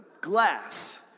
glass